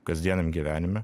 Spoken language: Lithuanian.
kasdieniam gyvenime